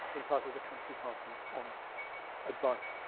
entitled the country parson's honest advice.